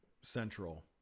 central